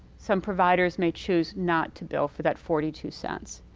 some providers may choose not to bill for that forty two cents.